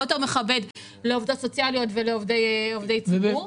יותר מכבד לעובדות סוציאליות ולעובדי ציבור.